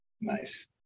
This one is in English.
nice